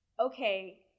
okay